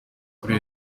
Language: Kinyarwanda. kuri